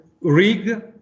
rig